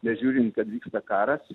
nežiūrint kad vyksta karas